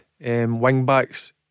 wing-backs